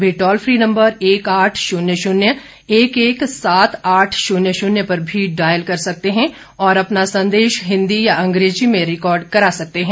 वे toll free number एक आठ शून्य शून्य एक एक सात आठ शून्य शून्य पर भी डायल कर सकते हैं और अपना संदेश हिंदी या अंग्रेजी में रिकॉर्ड कर सकते हैं